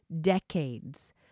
decades